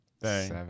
Seven